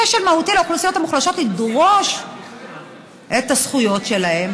כשל מהותי לאוכלוסיות המוחלשות לדרוש את הזכויות שלהן,